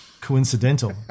coincidental